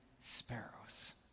sparrows